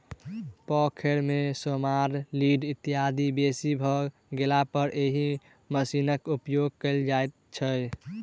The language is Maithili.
पोखैर मे सेमार, लीढ़ इत्यादि बेसी भ गेलापर एहि मशीनक उपयोग कयल जाइत छै